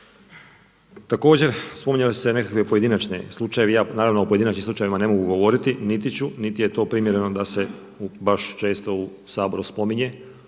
Također spominjali ste nekakve pojedinačne slučajeve i ja naravno o pojedinačnim slučajevima ne mogu govoriti, niti ću, niti je to primjereno da se baš često u Saboru spominje,